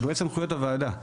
לגבי סמכויות הוועדה.